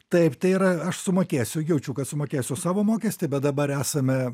taip tai yra aš sumokėsiu jaučiu kad sumokėsiu savo mokestį bet dabar esame